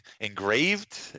engraved